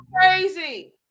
crazy